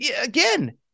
Again